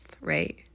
right